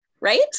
Right